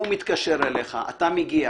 הוא מתקשר אליך, אתה מגיע